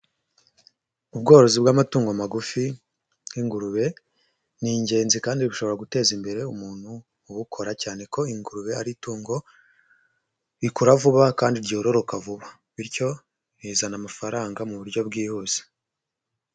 Ubworozi bw'amatungo magufi nk'ingurube, ni ingenzi kandi bishobora guteza imbere umuntu ubukora, cyane ko ingurube ari itungo rikura vuba kandi ryororoka vuba. Bityo bizana amafaranga mu buryo bwihuse.